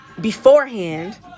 beforehand